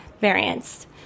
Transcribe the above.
variants